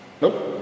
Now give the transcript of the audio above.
Nope